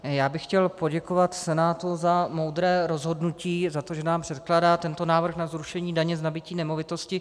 Já bych chtěl poděkovat Senátu za moudré rozhodnutí, za to, že nám předkládá tento návrh na zrušení daně z nabytí nemovitosti.